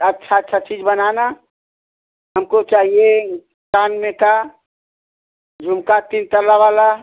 अच्छा अच्छा चीज बनाना हमको चाहिए कान में का झुमका तीन तल्ला वाला